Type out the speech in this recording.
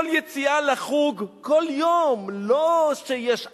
כל יציאה לחוג, כל יום, לא כשיש הסלמה,